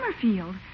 Summerfield